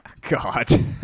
God